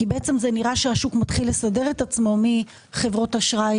בעצם זה נראה שהשוק מתחיל לסדר את עצמו מחברות אשראי